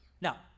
Now